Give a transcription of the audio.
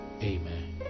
Amen